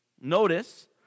Notice